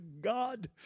God